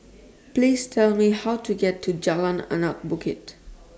Please Tell Me How to get to Jalan Anak Bukit